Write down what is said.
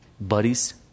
buddies